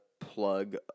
plug